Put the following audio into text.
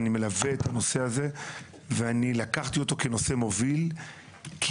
אני מלווה את הנושא הזה ולקחתי אותו כנושא מוביל כי